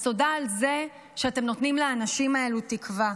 אז תודה על זה שאתם נותנים לאנשים האלו תקווה.